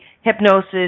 hypnosis